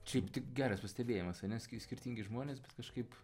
šiaip tai geras pastebėjimas ane skirtingi žmonės bet kažkaip